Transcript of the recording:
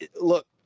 look